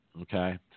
okay